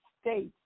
States